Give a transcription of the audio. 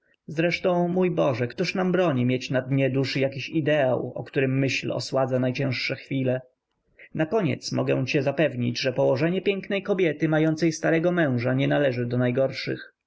zresztą mój boże któż nam broni mieć na dnie duszy jakiś ideał o którym myśl osładza najcięższe chwile nakoniec mogę cię zapewnić że położenie pięknej kobiety mającej starego męża nie należy do najgorszych